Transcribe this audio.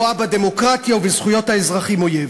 רואה בדמוקרטיה ובזכויות האזרחים אויב.